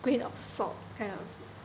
grain of salt kind of